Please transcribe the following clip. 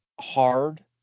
hard